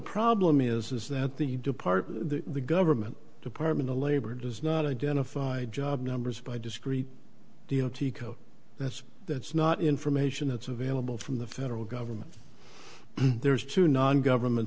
problem is is that the depart the government department of labor does not identify job numbers by discrete deal teco that's that's not information that's available from the federal government there's two non government